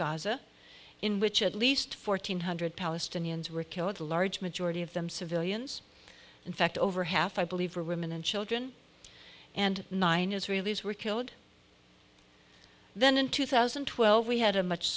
gaza in which at least fourteen hundred palestinians were killed a large majority of them civilians in fact over half i believe are women and children and nine israelis were killed then in two thousand and twelve we had a much